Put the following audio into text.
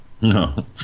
no